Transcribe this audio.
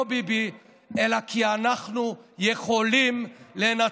לא ביבי" אלא כי אנחנו יכולים לנצח,